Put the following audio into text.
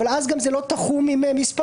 אבל אז זה גם לא תחום עם מספרים,